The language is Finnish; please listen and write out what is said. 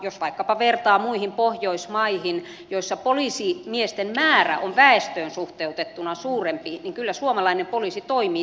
jos vaikkapa vertaa muihin pohjoismaihin joissa poliisimiesten määrä on väestöön suhteutettuna suurempi niin kyllä suomalainen poliisi toimii tehokkaasti